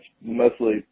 mostly